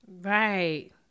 Right